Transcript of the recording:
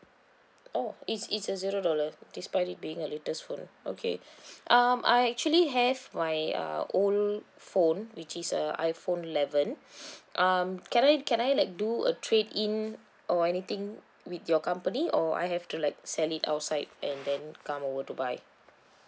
oh is is a zero dollar despite it being a latest phone okay um I actually have my err old phone which is a iphone eleven um can I can I like do a trade in or anything with your company or I have to like sell it outside and then come over to buy